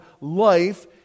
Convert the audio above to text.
life